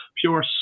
pure